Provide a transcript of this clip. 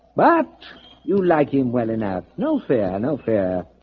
but you like him well in out no fair. no fair